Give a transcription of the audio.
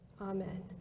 Amen